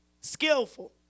Skillful